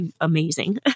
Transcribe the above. amazing